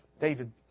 David